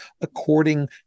according